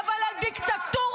חבר הכנסת דוידסון.